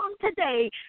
today